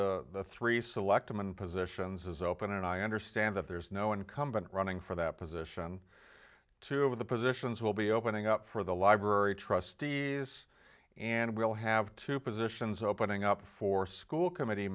of the three selectmen positions is open and i understand that there is no incumbent running for that position two of the positions will be opening up for the library trustees and we'll have two positions opening up for school committee